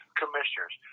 commissioners